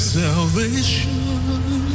salvation